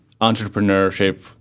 entrepreneurship